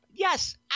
Yes